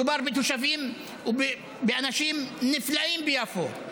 מדובר בתושבים ובאנשים נפלאים ביפו,